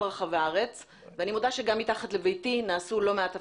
רחבי הארץ ואני מודה שגם מתחת לביתי נעשו לא מעט הפגנות.